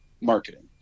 marketing